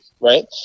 right